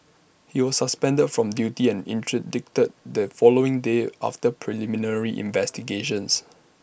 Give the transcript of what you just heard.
he was suspended from duty and interdicted the following day after preliminary investigations